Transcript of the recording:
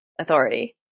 authority